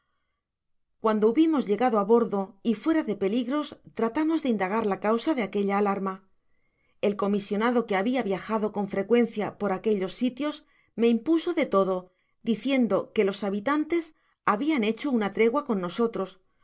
cuando hubimos llegado á bordo y fuera de peligros tratamos de indagar la causa de aquella alarma el comisionado que habia viajado con frecuencia por aquellos sitios me impuso de todo diciendo que los habitantes habiendo hecho una tregua con nosotros